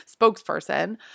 spokesperson